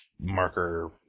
marker